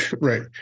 Right